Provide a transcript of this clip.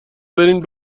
برین